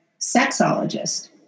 sexologist